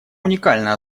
уникальная